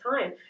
time